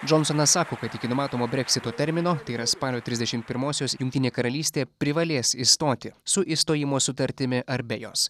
džonsonas sako kad iki numatomo brexito termino tai yra spalio trisdešim pirmosios jungtinė karalystė privalės išstoti su išstojimo sutartimi ar be jos